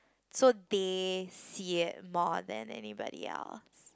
so they see it more than anybody else